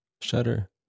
Shutter